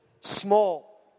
small